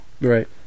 Right